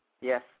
Yes